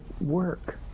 work